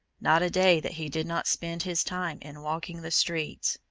not a day that he did not spend his time in walking the streets,